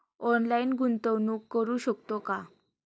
Online गुंतवणूक करू शकतो का?